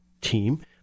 team